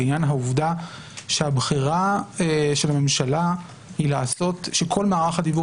לעניין העובדה שהבחירה של הממשלה שכל מערך הדיוור